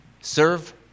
Serve